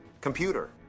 Computer